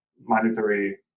monetary